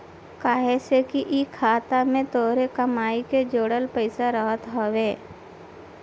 काहे से कि इ खाता में तोहरे कमाई के जोड़ल पईसा रहत हवे